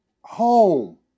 home